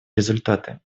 результаты